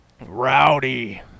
Rowdy